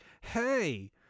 Hey